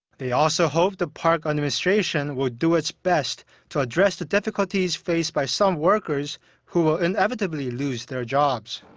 they also hoped the park administration will do its best to address the difficulties faced by some workers who will inevitably lose their jobs.